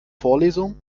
vorlesung